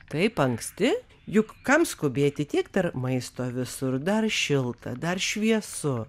taip anksti juk kam skubėti tiek dar maisto visur dar šilta dar šviesu